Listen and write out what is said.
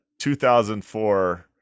2004